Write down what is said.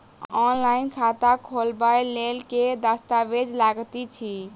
Online खाता खोलबय लेल केँ दस्तावेज लागति अछि?